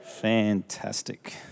Fantastic